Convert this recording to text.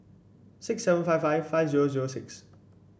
six seven five five five zero zero six